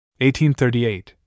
1838